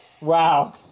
Wow